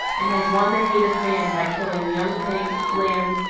and has won the hate of man by killing young pigs, lambs,